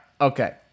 okay